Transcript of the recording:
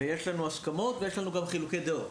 ויש לנו הסכמות וחילוקי דעות.